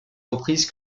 reprises